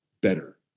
better